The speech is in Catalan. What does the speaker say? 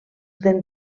d’en